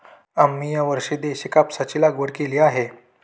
आम्ही यावर्षी देशी कापसाची लागवड केली आहे